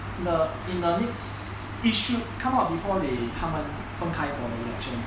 in the in the next it should come out before they 他们分开 for the elections